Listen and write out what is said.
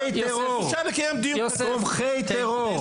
טרור, תומכי טרור.